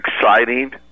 exciting